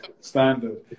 standard